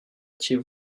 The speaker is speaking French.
étiez